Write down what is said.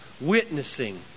witnessing